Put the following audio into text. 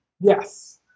Yes